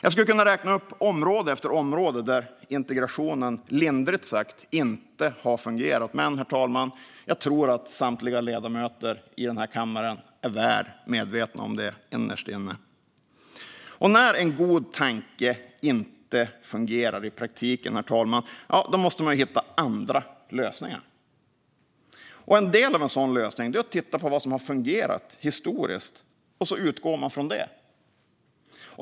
Jag skulle kunna räkna upp område efter område där integrationen lindrigt sagt inte har fungerat, men, herr talman, jag tror att samtliga ledamöter i kammaren innerst inne är väl medvetna om vilka. När en god tanke inte fungerar i praktiken måste man hitta andra lösningar. En del av en sådan lösning är att titta på vad som har fungerat historiskt och utgå från det.